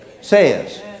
says